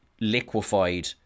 liquefied